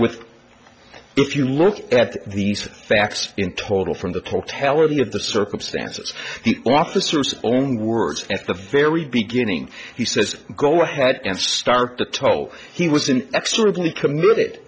with if you look at these facts in total from the totality of the circumstances the officers own words at the very beginning he says go ahead and start the toe he was in extremely committed